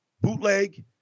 bootleg